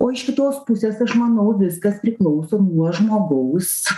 o iš kitos pusės aš manau viskas priklauso nuo žmogaus